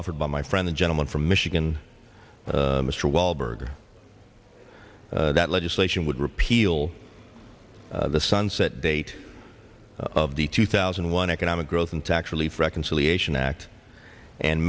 offered by my friend the gentleman from michigan mr walberg that legislation would repeal the sunset date of the two thousand and one economic growth and tax relief reconciliation act and